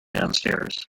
downstairs